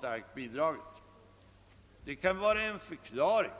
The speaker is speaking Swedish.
Detta kan vara en förklaring